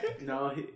no